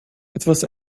etwas